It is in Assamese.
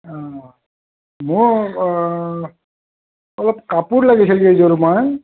মোক অলপ কাপোৰ লাগিছিল কেইযোৰমান